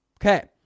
okay